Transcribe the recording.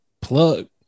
plug